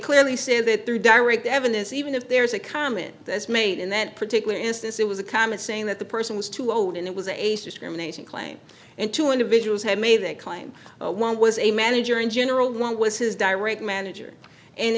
clearly say that through direct evidence even if there's a comment that's made in that particular instance it was a comment saying that the person was too old and it was an age discrimination claim and two individuals had made that claim one was a manager in general one was his direct manager and